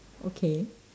okay